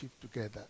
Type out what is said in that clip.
together